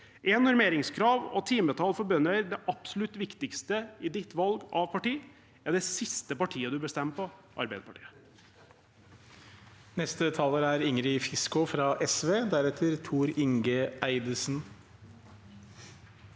Er normeringskrav og timetall for bønder det absolutt viktigste i ditt valg av parti, er det siste partiet du bør stemme på, Arbeiderpartiet.